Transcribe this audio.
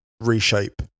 reshape